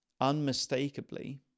unmistakably